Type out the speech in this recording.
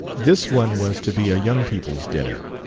this one was to be a young people's dinner.